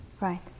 Right